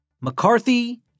McCarthy